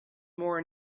more